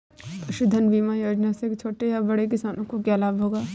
पशुधन बीमा योजना से छोटे या बड़े किसानों को क्या लाभ होगा?